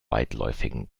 weitläufigen